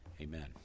Amen